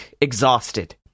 exhausted